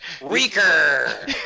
Weaker